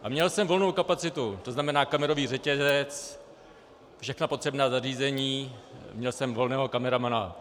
A měl jsem volnou kapacitu, to znamená kamerový řetězec, všechna potřebná zařízení, měl jsem volného kameramana.